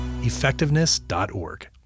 Effectiveness.org